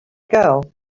girl